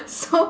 so